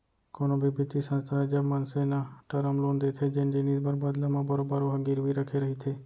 कोनो भी बित्तीय संस्था ह जब मनसे न टरम लोन देथे जेन जिनिस बर बदला म बरोबर ओहा गिरवी रखे रहिथे